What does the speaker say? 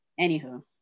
anywho